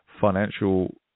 financial